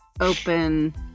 open